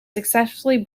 successfully